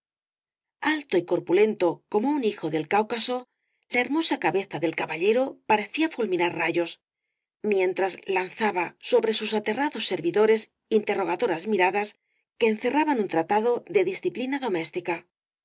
alto y corpulento como un hijo del cáucaso la hermosa cabeza del caballero parecía fulminar rayos mientras lanzaba sobre sus aterrados servidores interrogadoras miradas que encerraban un tratado de disciplina doméstica el